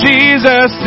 Jesus